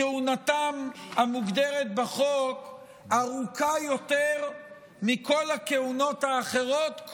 כהונתם המוגדרת בחוק ארוכה היום מכל הכהונות האחרות,